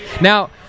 now